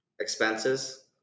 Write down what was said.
expenses